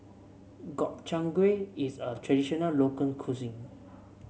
Gobchang Gui is a traditional cuisine